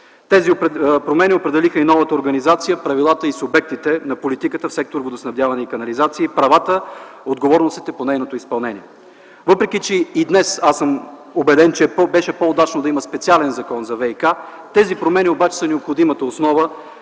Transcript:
Тези промени определиха и новата организация, правилата и субектите на политиката в сектор „Водоснабдяване и канализация” и правата и отговорностите по нейното изпълнение. Въпреки че и днес съм убеден, че беше по-удачно да има специален Закон за ВиК, тези промени обаче са необходимата основа,